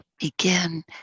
begin